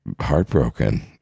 heartbroken